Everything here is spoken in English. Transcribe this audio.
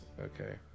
Okay